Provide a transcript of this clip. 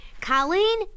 Colleen